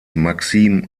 maxim